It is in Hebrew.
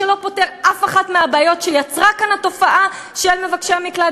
שלא פותר אף אחת מהבעיות שיצרה כאן התופעה של מבקשי המקלט,